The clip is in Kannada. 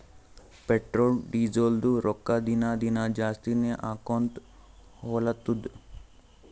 ಪೆಟ್ರೋಲ್, ಡೀಸೆಲ್ದು ರೊಕ್ಕಾ ದಿನಾ ದಿನಾ ಜಾಸ್ತಿನೇ ಆಕೊತ್ತು ಹೊಲತ್ತುದ್